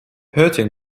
hurting